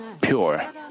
pure